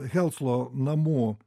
helclo namų